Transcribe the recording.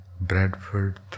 Bradford